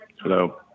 Hello